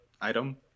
item